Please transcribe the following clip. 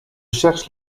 cherche